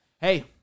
Hey